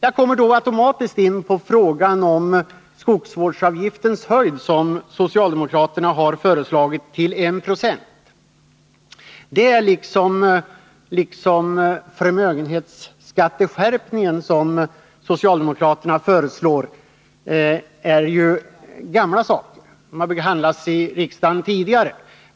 Automatiskt kommer jag då in på frågan om skogsvårdsavgiftens storlek, där socialdemokraterna har föreslagit 1 20. Socialdemokraternas förslag beträffande en skärpning av förmögenhetsskatten är ett förslag som tidigare behandlats i riksdagen.